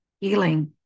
healing